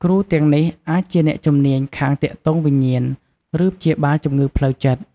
គ្រូទាំងនេះអាចជាអ្នកជំនាញខាងទាក់ទងវិញ្ញាណ ឬព្យាបាលជំងឺផ្លូវចិត្ត។